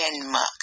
denmark